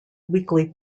weekly